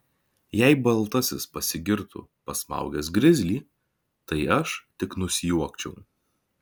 jei baltasis pasigirtų pasmaugęs grizlį tai aš tik nusijuokčiau